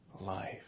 life